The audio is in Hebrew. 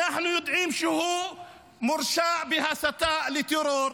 אנחנו יודעים שהוא מורשע בהסתה לטרור,